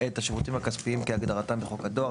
את השירותים הכספיים כהגדרתם בחוק הדואר,